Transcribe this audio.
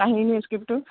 কাহিনীৰ স্ক্ৰিপ্টটো